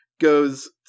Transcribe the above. goes